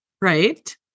Right